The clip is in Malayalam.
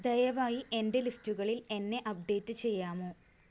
ദയവായി എന്റെ ലിസ്റ്റുകളിൽ എന്നെ അപ്ഡേറ്റ് ചെയ്യാമോ